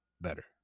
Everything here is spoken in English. better